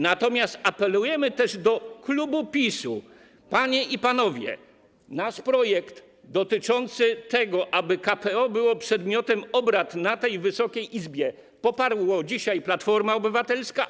Natomiast apelujemy też do klubu PiS-u: panie i panowie, nasz projekt dotyczący tego, aby KPO było przedmiotem obrad w Wysokiej Izbie, poparła dzisiaj Platforma Obywatelska.